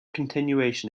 continuation